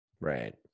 Right